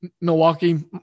Milwaukee